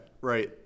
right